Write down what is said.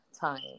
time